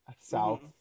South